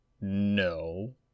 No